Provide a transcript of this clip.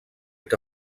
que